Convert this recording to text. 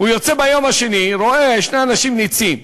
הוא יוצא ביום השני, רואה שני אנשים נצים,